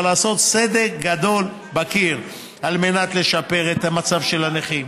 אבל לעשות סדק גדול בקיר על מנת לשפר את המצב של הנכים